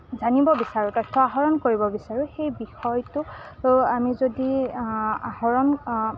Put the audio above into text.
জানিব বিচাৰোঁ তথ্য আহৰণ কৰিব বিচাৰোঁ সেই বিষয়টো আমি যদি আহৰণ